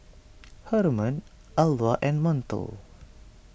Hermon Alva and Montel